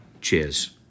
Cheers